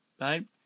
right